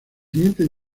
siguiente